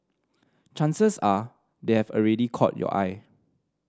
chances are they have already caught your eye